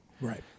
Right